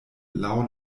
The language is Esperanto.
laŭ